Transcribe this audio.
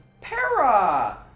Para